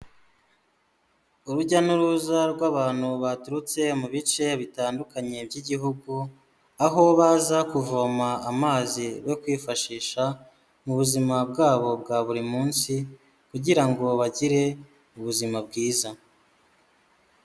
Urujya n'uruza rw'abantu baturutse mu bice bitandukanye by'igihugu aho baza kuvoma amazi yo kwifashisha mu buzima bwabo bwa buri munsi kugira ngo bagire ubuzima bwiza.